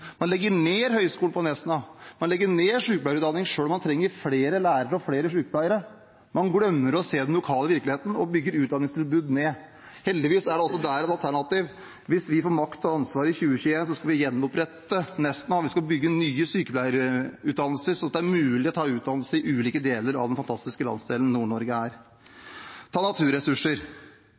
Man legger ned Høgskolen på Nesna, og man legger ned sykepleierutdanning, selv om man trenger flere lærere og flere sykepleiere. Man glemmer å se den lokale virkeligheten og bygger utdanningstilbud ned. Heldigvis er det også der et alternativ. Hvis vi får makt og ansvar i 2021, skal vi gjenopprette Nesna, og vi skal bygge nye sykepleierutdannelser, så det blir mulig å ta utdannelse i ulike deler av den fantastiske landsdelen Nord-Norge er. Ta naturressurser.